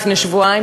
לפני שבועיים,